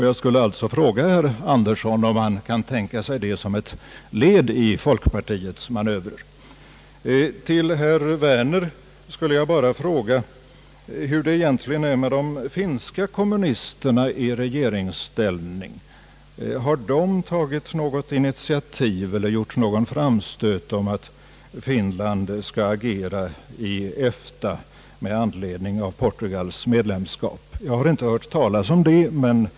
Jag vill alltså fråga herr Andersson: Kan han tänka sig detta såsom ett led i folkpartiets manövrer? Herr Werner skulle jag bara vilja fråga hur det egentligen är med de finska kommunisterna i regeringsställning — har de gjort någon framstöt om att Finland skall agera i EFTA med anledning av Portugals medlemskap? Jag har inte hört talas om att så skulle vara fallet.